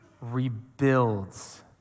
rebuilds